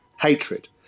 hatred